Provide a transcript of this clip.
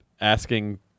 asking